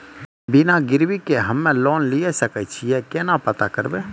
बिना गिरवी के हम्मय लोन लिये सके छियै केना पता करबै?